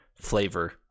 flavor